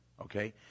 Okay